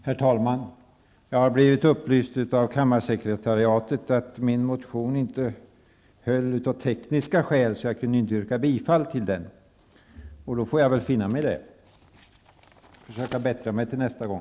Herr talman! Jag har blivit upplyst om av kammarsekretariatet att min motion inte höll av tekniska skäl, så jag kunde inte yrka bifall till den. Då får jag väl finna mig i det och ta tillbaka mitt yrkande. Och så får jag försöka bättra mig till nästa gång.